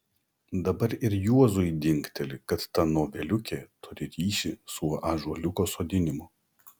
dabar ir juozui dingteli kad ta noveliukė turi ryšį su ąžuoliuko sodinimu